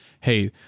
Hey